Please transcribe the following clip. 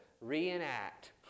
reenact